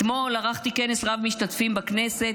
אתמול ערכתי כנס רב-משתתפים בכנסת,